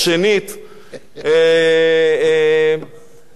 מכל מקום,